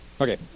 Okay